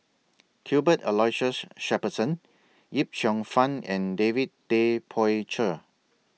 Cuthbert Aloysius Shepherdson Yip Cheong Fun and David Tay Poey Cher